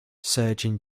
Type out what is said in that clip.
surgeon